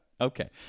Okay